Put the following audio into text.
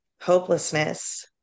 Hopelessness